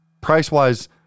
price-wise